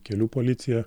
kelių policiją